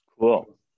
Cool